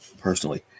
personally